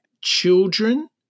children